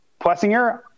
Plessinger